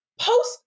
post